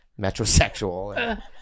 Metrosexual